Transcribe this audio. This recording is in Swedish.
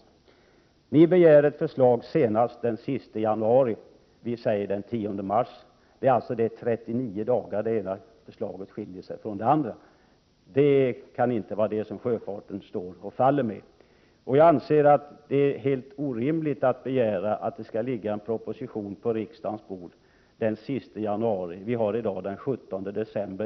Ni begär att få ett förslag senast den 31 januari. Vi säger den 10 mars. Det är alltså 39 dagar som det ena förslaget skiljer sig från det andra, och detta kan inte vara något som sjöfarten står och faller med. Jag anser att det är helt orimligt att begära att det skall ligga en proposition på riksdagens bord den 31 januari. Vi har nu den 17 december.